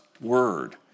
word